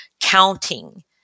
counting